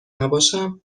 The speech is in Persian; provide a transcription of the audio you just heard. نباشم